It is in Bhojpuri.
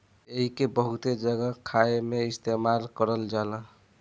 एइके बहुत जगह खाए मे भी इस्तेमाल करल जाला